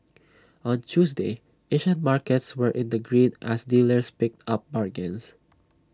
on Tuesday Asian markets were in the green as dealers picked up bargains